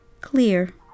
clear